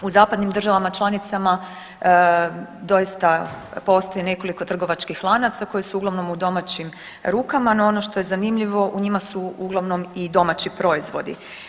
U zapadnim državama članicama doista postoji nekoliko trgovačkih lanaca koji su uglavnom u domaćim rukama, no ono što je zanimljivo u njima su uglavnom i domaći proizvodi.